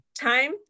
time